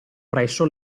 presso